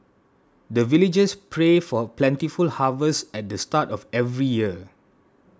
the villagers pray for plentiful harvest at the start of every year